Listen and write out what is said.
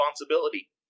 responsibility